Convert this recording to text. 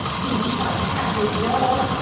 he shall have his dog.